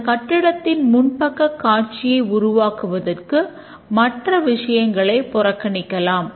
அந்த கட்டிடத்தின் முன் பக்க காட்சியை உருவாக்குவதற்கு மற்ற விஷயங்களை புறக்கணிக்கலாம்